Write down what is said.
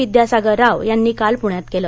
विद्यासागर राव यांनी काल पुण्यात केलं